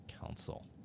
council